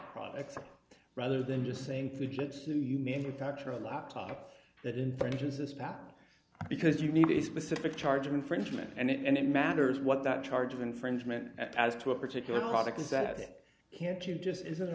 products rather than just saying fujitsu you manufacture a laptop that infringes this patent because you need a specific charge of infringement and it matters what that charge of infringement as to a particular product is that it can't you just isn't